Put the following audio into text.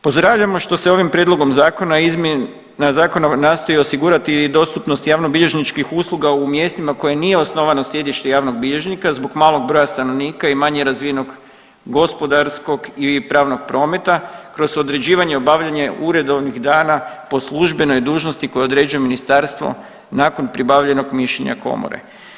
Pozdravljamo što se ovim prijedlogom zakona izmjena zakona nastoji osigurati i dostupnosti javnobilježničkih usluga u mjestima u kojima nije osnovano sjedište javnog bilježnika zbog malog broja stanovnika i manje razvijenog gospodarskog i pravnog prometa kroz određivanje i obavljanje uredovnih dana po službenoj dužnosti koje određuje ministarstvo nakon pribavljenog mišljenja komore.